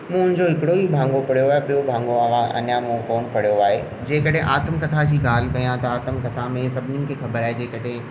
मूं हुनजो हिकिड़ो ई भाङो पढ़ियो आहे ॿियो भाङो अञा अञा मूं कोन पढ़ियो आहे जे कॾहिं आतमकथा जी ॻाल्हि कयां त आतमकथा में सभिनिनि खे ख़बर आहे जे कॾहिं